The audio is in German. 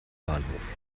bahnhof